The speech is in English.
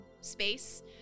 space